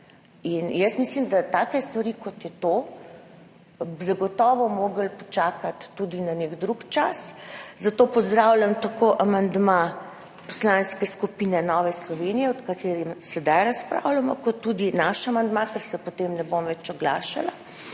Jaz mislim, da bi morale take stvari, kot je ta, zagotovo počakati tudi na nek drug čas, zato pozdravljam tako amandma Poslanske skupine Nova Slovenija, o katerem sedaj razpravljamo, kot tudi naš amandma, ker se potem ne bom več oglašala,